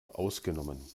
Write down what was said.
ausgenommen